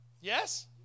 Yes